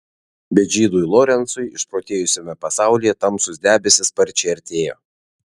bet žydui lorencui išprotėjusiame pasaulyje tamsūs debesys sparčiai artėjo